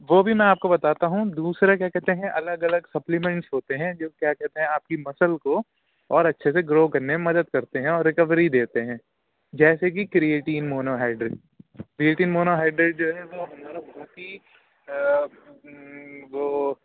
وہ بھی میں آپ کو بتاتا ہوں دوسرا کیا کہتے ہیں الگ الگ سپلیمنٹس ہوتے ہیں جو کیا کہتے ہیں آپ کی مسل کو اور اچھے سے گرو کرنے میں مدد کرتے ہیں اور رکوری دیتے ہیں جیسے کہ کریٹین مونوہائیڈریٹ کریٹین مونوہائیڈریٹ جو ہے وہ ہمارا بہت ہی وہ